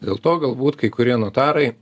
dėl to galbūt kai kurie notarai